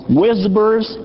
whispers